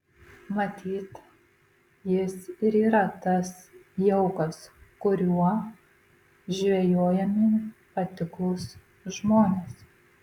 matyt jis ir yra tas jaukas kuriuo žvejojami patiklūs žmonės